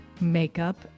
makeup